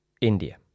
India